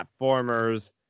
platformers